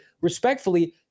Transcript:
respectfully